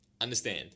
understand